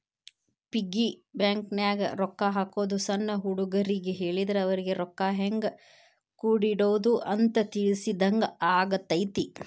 piggy ಬ್ಯಾಂಕನ್ಯಾಗ ರೊಕ್ಕಾ ಹಾಕೋದು ಸಣ್ಣ ಹುಡುಗರಿಗ್ ಹೇಳಿದ್ರ ಅವರಿಗಿ ರೊಕ್ಕಾ ಹೆಂಗ ಕೂಡಿಡೋದ್ ಅಂತ ತಿಳಿಸಿದಂಗ ಆಗತೈತಿ